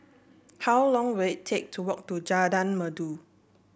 how long will it take to walk to Jalan Merdu